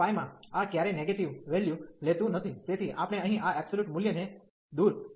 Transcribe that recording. તેથી 0 થી માં આ ક્યારેય નેગેટીવ વેલ્યુ લેતું નથી તેથી આપણે અહીં આ એબ્સોલ્યુટ મૂલ્યને દૂર કર્યું છે